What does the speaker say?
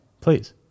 Please